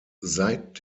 seit